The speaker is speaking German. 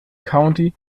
county